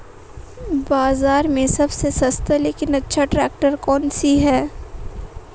बाज़ार में सबसे सस्ता लेकिन अच्छा ट्रैक्टर कौनसा है?